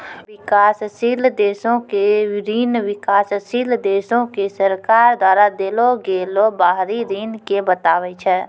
विकासशील देशो के ऋण विकासशील देशो के सरकार द्वारा देलो गेलो बाहरी ऋण के बताबै छै